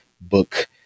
book